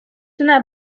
una